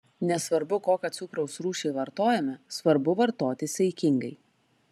nesvarbu kokią cukraus rūšį vartojame svarbu vartoti saikingai